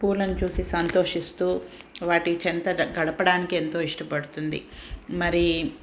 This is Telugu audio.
పూలని చూస్తూ సంతోషిస్తూ వాటి చెంతట గడపడానికి ఎంతో ఇష్టపడుతుంది మరి